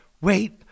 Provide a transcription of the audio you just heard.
Wait